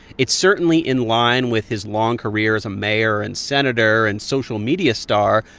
it's certainly in line with his long career as a mayor and senator and social media star.